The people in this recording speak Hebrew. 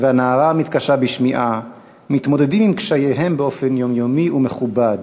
והנערה המתקשה בשמיעה מתמודדים עם קשייהם באופן יומיומי ומכובד.